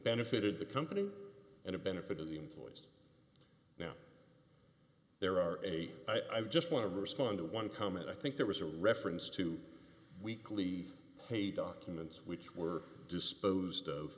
benefited the company and a benefit to the employees now there are a i just want to respond to one comment i think there was a reference to weekly pay documents which were disposed